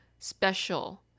special